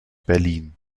berlin